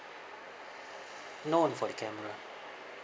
known for the camera